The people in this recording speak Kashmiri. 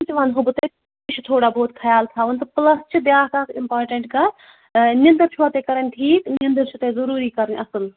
تہِ تہِ وَنہو بہٕ تۄہہِ تہِ چھُ تھوڑا بہت خیال تھاوُن تہٕ پٕلَس چھِ بیٛاکھ اَکھ اِمپاٹَنٛٹ کَتھ نِنٛدٕر چھُوا تۄہہِ کَران ٹھیٖک نِنٛدٕر چھُ تۄہہِ ضُروٗری کَرٕنۍ اَصٕل